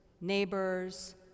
neighbors